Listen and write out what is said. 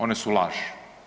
One su laž.